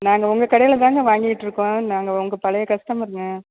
நாங்கள் உங்கள் கடையில்தாங்க வாங்கிகிட்ருக்கோம் நாங்கள் உங்கள் பழைய கஸ்டமருங்க